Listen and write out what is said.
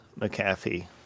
McAfee